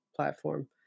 Platform